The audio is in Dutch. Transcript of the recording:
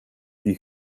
die